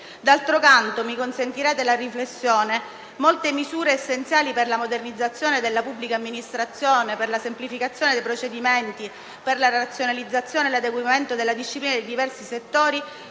D'altro canto - mi consentirete la riflessione - molte misure essenziali per la modernizzazione della pubblica amministrazione, per la semplificazione dei procedimenti, per la razionalizzazione e l'adeguamento della disciplina dei diversi settori,